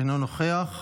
אינו נוכח,